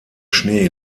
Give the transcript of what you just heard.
schnee